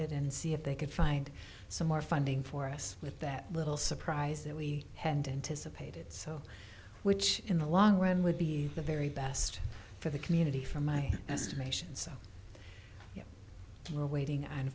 it and see if they could find some more funding for us with that little surprise there we hand anticipated so which in the long run would be the very best for the community for my estimation so we're waiting and